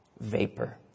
vapor